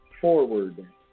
forward